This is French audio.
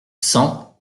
cent